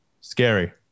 scary